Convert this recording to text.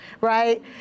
right